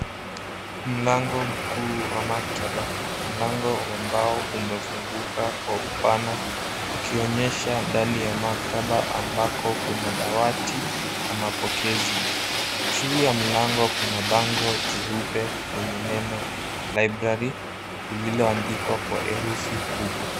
Mlango mkuu wa maktaba. Mlango wa mbao umefunguka kwa upana ukionyesha ndani ya maktaba ambako kuna dawati la mapokezi. Juu ya mlango kuna bango jeupe lenye neno library lililoandikwa kwa herufi kubwa.